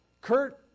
Kurt